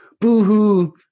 Boo-hoo